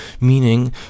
meaning